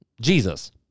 Jesus